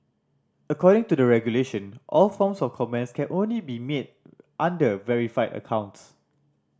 according to the regulation all forms of comments can only be made under verified accounts